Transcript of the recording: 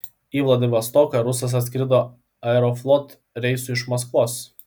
į vladivostoką rusas atskrido aeroflot reisu iš maskvos